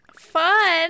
Fun